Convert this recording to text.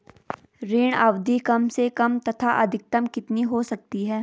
ऋण अवधि कम से कम तथा अधिकतम कितनी हो सकती है?